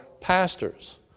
pastors